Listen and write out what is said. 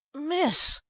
miss,